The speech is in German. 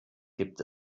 gibt